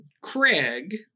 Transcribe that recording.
Craig